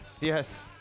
Yes